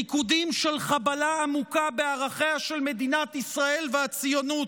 ריקודים של חבלה עמוקה בערכיה של מדינת ישראל והציונות,